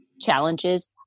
challenges